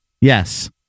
Yes